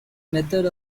method